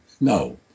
No